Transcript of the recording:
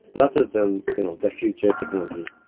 lots of them, you know, the future technology,